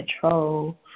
control